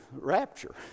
rapture